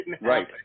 right